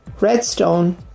Redstone